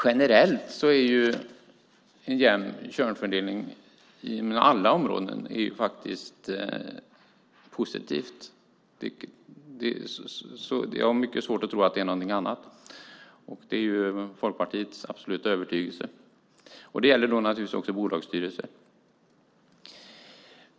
Generellt är en jämn könsfördelning inom alla områden positivt. Jag har mycket svårt att tro något annat. Det är Folkpartiets absoluta övertygelse. Det gäller naturligtvis också bolagsstyrelser.